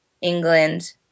England